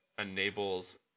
enables